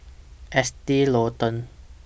Estee Lauder